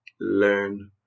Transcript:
learn